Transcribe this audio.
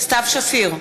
סתיו שפיר,